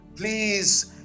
Please